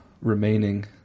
remaining